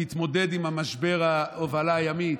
להתמודד עם משבר ההובלה הימית,